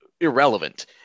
irrelevant